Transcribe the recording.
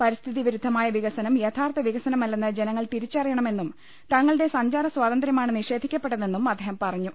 പരിസ്ഥിതി വി രുദ്ധമായ വികസനം യഥാർഥ വികസനമല്ലെന്ന് ജനങ്ങൾ തിരിച്ചറിയണമെ ന്നും തങ്ങളുടെ സഞ്ചാരസ്വാതന്ത്ര്യമാണ് നിഷേധിക്കപ്പെട്ടതെന്നും അദ്ദേഹം പറഞ്ഞു